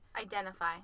Identify